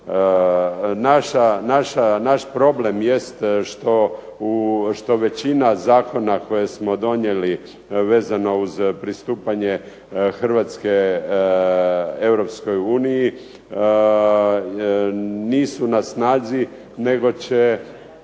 Naš problem jest što većina zakona koje smo donijeli vezano za pristupanje Hrvatske Europskoj uniji nisu na snazi nego će